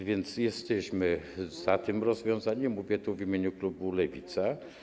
A więc jesteśmy za tym rozwiązaniem, mówię to w imieniu klubu Lewica.